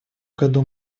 году